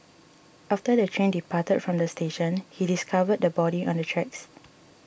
after the train departed from the station he discovered the body on the tracks